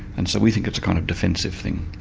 and so we think it's a kind of defensive thing.